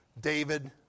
David